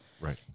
Right